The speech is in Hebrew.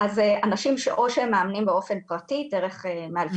אנשים או שהם מאמנים באופן פרטי דרך מאלפים